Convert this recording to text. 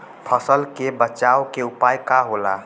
फसल के बचाव के उपाय का होला?